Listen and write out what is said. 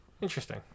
interesting